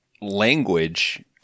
language